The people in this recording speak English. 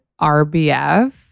RBF